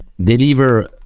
deliver